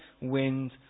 wind